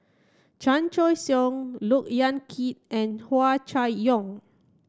Chan Choy Siong Look Yan Kit and Hua Chai Yong